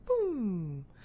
boom